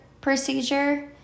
procedure